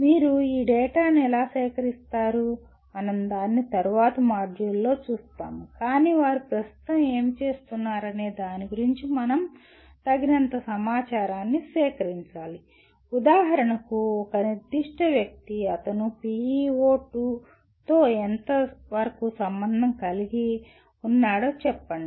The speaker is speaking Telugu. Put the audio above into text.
మీరు ఈ డేటాను ఎలా సేకరిస్తారు మనం దానిని తరువాత మాడ్యూల్లో చూస్తాము కానీ వారు ప్రస్తుతం ఏమి చేస్తున్నారనే దాని గురించి మనం తగినంత సమాచారాన్ని సేకరించాలి ఉదాహరణకు ఒక నిర్దిష్ట వ్యక్తి అతను PEO2 తో ఎంతవరకు సంబంధం కలిగి ఉన్నాడో చెప్పండి